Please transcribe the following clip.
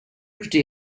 pretty